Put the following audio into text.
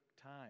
time